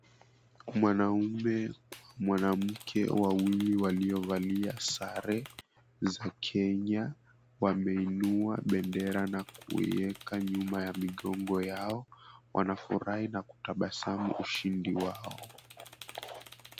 Mwanamume, mwanamke wawili waliovalia sare za Kenya wameinua bendera na kuiweka nyuma ya migongo yao, wanafurahi na kutabasamu ushindi wao.